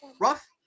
Rough